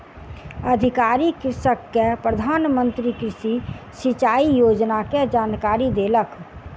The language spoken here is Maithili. अधिकारी कृषक के प्रधान मंत्री कृषि सिचाई योजना के जानकारी देलक